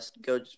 go